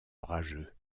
orageux